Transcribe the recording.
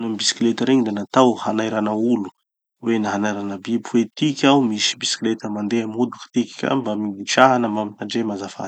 ny bisikileta regny da natao hanairana olo hoe, na hanairana biby hoe tiky aho misy bisikileta mandeha mody tiky ka mikisaha na mitandrema azafady.